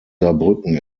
saarbrücken